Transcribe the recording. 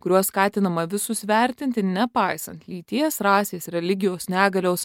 kuriuo skatinama visus vertinti nepaisant lyties rasės religijos negalios